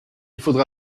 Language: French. faudra